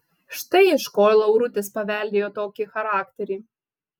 štai iš ko laurutis paveldėjo tokį charakterį